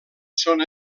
són